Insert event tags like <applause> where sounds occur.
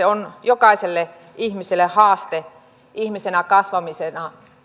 <unintelligible> on jokaiselle ihmiselle haaste ihmisenä kasvamisessa